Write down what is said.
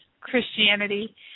Christianity